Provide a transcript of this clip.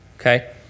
okay